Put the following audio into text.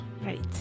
Right